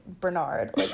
Bernard